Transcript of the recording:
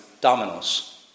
dominoes